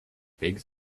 pigs